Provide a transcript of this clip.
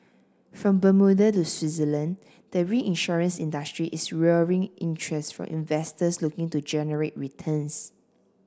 from Bermuda to Switzerland the reinsurance industry is luring interest from investors looking to generate returns